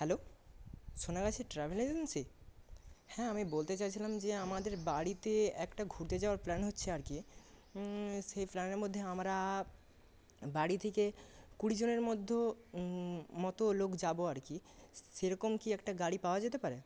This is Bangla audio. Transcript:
হ্যালো সোনাগাছি ট্রাভেল এজেন্সি হ্যাঁ আমি বলতে চাইছিলাম যে আমাদের বাড়িতে একটা ঘুরতে যাবার প্ল্যান হচ্ছে আর কি সেই প্ল্যানের মধ্যে আমরা বাড়ি থেকে কুড়ি জনের মতো লোক যাবো আর কি সেরকম কি একটা গাড়ি পাওয়া যেতে পারে